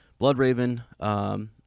Bloodraven